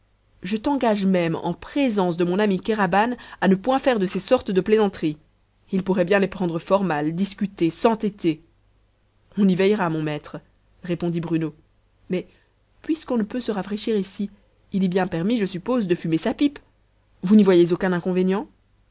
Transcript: je t'engage même en présence de mon ami kéraban à ne point faire de ces sortes de plaisanteries il pourrait bien les prendre fort mal discuter s'entêter on y veillera mon maître répondit bruno mais puisqu'on ne peut se rafraîchir ici il est bien permis je suppose de fumer sa pipe vous n'y voyez aucun inconvénient